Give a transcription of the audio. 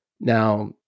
Now